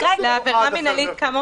כתוב ברישה : "לעבירה מינהלית כאמור